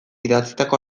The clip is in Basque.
idatzitako